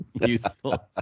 useful